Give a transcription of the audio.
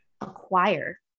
acquire